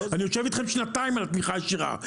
אני יושב אתכם שנתיים על התמיכה הישירה.